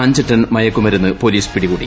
അഞ്ച് ടൺ മയക്കുമരുന്ന് പൊലീസ് പിടികൂടി